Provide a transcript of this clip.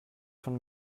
von